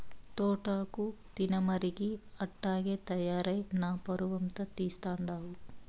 తోటాకు తినమరిగి అట్టాగే తయారై నా పరువంతా తీస్తండావు